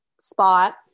spot